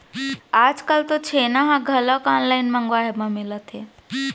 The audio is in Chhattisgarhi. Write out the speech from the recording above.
आजकाल तो छेना ह घलोक ऑनलाइन मंगवाए म मिलत हे